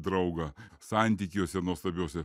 draugą santykiuose nuostabiuose